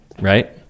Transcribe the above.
right